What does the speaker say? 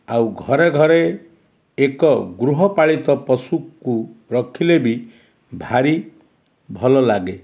ଆଉ ଘରେ ଘରେ ଏକ ଗୃହପାଳିତ ପଶୁକୁ ରଖିଲେ ବି ଭାରି ଭଲ ଲାଗେ